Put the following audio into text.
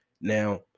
Now